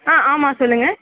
ஆ ஆமாம் சொல்லுங்கள்